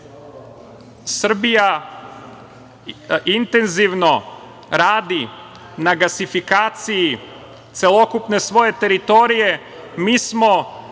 intenzivno radi na gasifikaciji celokupne svoje teritorije. Mi smo